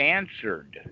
answered